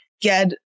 get